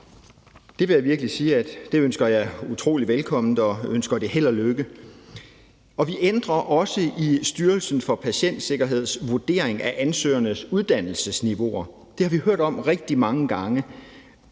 Det vil jeg sige jeg virkelig ønsker utrolig velkommen, og jeg ønsker det held og lykke. Vi ændrer også i Styrelsen for Patientsikkerheds vurdering af ansøgernes uddannelsesniveauer. Det har vi hørt om rigtig mange gange.